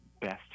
best